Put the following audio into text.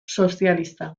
sozialista